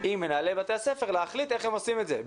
עם מנהלי בתי הספר להחליט איך הם עושים את זה,